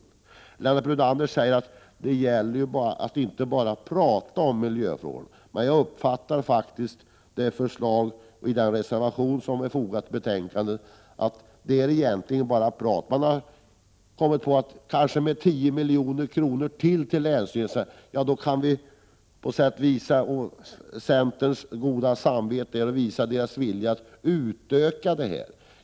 Lennart Brunander säger att det gäller att inte bara prata om miljöfrågor. Men jag uppfattar faktiskt förslaget i den reservation som är fogad till betänkandet som bara prat. Han har kommit på att man med ytterligare 10 milj.kr. till länsstyrelserna kan visa upp centerns goda samvete och vilja att utöka dessa resurser.